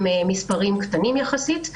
עם מספרים קטנים יחסית.